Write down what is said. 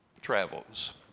travels